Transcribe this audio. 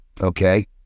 okay